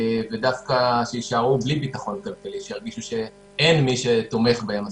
ודווקא שיישארו בלי ביטחון כלכלי שירגישו שאין מי שתומך בהם מספיק.